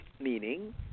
meaning